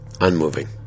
Unmoving